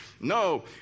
no